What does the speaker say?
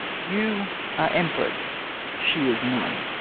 you are empress she is none.